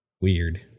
Weird